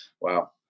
wow